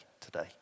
today